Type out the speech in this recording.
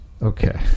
okay